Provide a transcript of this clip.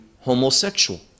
homosexual